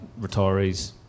retirees